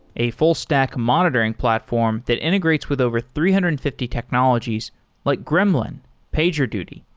a full stack monitoring platform that integrates with over three hundred and fifty technologies like gremlin, pagerduty,